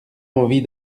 envie